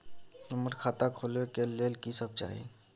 हमरा खाता खोले के लेल की सब चाही?